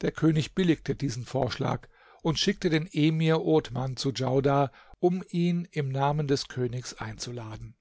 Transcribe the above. der könig billigte diesen vorschlag und schickte den emir othman zu djaudar um ihn im namen des königs einzuladen